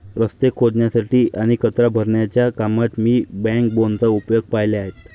रस्ते खोदण्यासाठी आणि कचरा भरण्याच्या कामात मी बॅकबोनचा उपयोग पाहिले आहेत